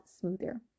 smoother